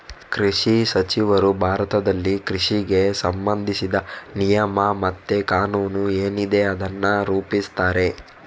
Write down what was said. ಕೃಷಿ ಸಚಿವರು ಭಾರತದಲ್ಲಿ ಕೃಷಿಗೆ ಸಂಬಂಧಿಸಿದ ನಿಯಮ ಮತ್ತೆ ಕಾನೂನು ಏನಿದೆ ಅದನ್ನ ರೂಪಿಸ್ತಾರೆ